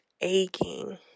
aching